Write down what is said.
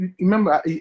Remember